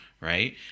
right